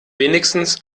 wenigstens